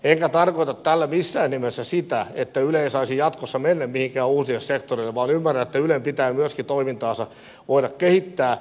en tarkoita tällä missään nimessä sitä että yle ei saisi jatkossa mennä millekään uusille sektoreille vaan ymmärrän että ylen pitää myöskin toimintaansa voida kehittää